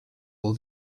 all